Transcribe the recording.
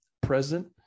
present